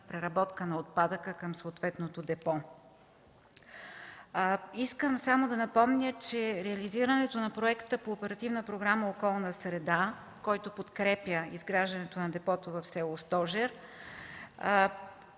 преработка на отпадъка към съответното депо. Искам да напомня, че реализирането на Проекта по Оперативна програма „Околна среда”, който подкрепя изграждането на депото в село Стожер,